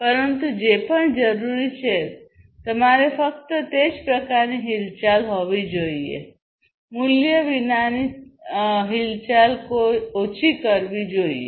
પરંતુ જે પણ જરૂરી છે તમારે ફક્ત તે જ પ્રકારની હિલચાલ હોવી જોઈએ મૂલ્ય વિનાની ચળવળ ઓછી કરવી જોઈએ